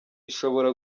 ishobora